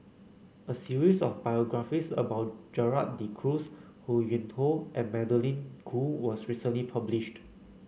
a series of biographies about Gerald De Cruz Ho Yuen Hoe and Magdalene Khoo was recently published